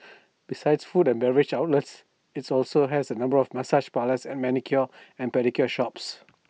besides food and beverage outlets its also has A number of massage parlours and manicure and pedicure shops